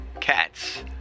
cats